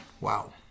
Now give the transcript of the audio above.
wow